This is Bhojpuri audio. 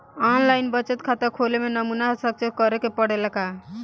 आन लाइन बचत खाता खोले में नमूना हस्ताक्षर करेके पड़ेला का?